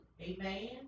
Amen